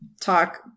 talk